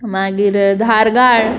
मागीर धारगळ